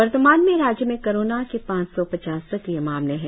वर्तमान में राज्य में कोरोना के पांच सौ पचास सक्रिय मामले है